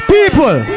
People